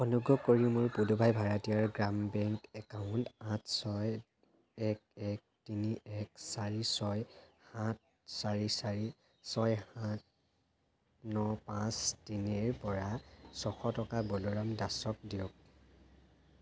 অনুগ্ৰহ কৰি মোৰ পুড়ুভাই ভাৰাতীয়াৰ গ্ৰাম বেংক একাউণ্ট আঠ ছয় এক এক তিনি এক চাৰি ছয় সাত চাৰি চাৰি ছয় সাত ন পাঁচ তিনিৰ পৰা ছশ টকা বলোৰাম দাসক দিয়ক